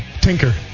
Tinker